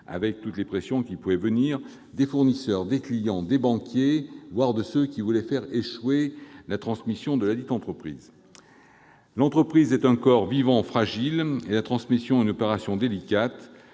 avec toutes les pressions imaginables des fournisseurs, des clients, des banquiers, voire de ceux qui voulaient faire échouer cette transaction. L'entreprise est un corps vivant fragile, et la transmission est une opération délicate,